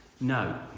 No